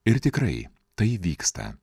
ir tikrai tai vyksta